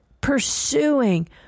pursuing